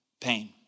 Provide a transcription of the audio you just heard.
pain